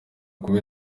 kuba